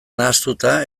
nahastuta